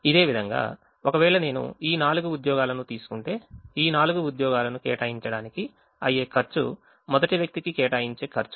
ఇదే విధంగా ఒకవేళ నేను ఈ నాలుగు ఉద్యోగాలను తీసుకుంటే ఈ నాలుగు ఉద్యోగాలను కేటాయించడానికి అయ్యే ఖర్చు మొదటి వ్యక్తికి కేటాయించే ఖర్చు